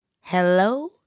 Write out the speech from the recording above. Hello